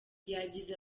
yagize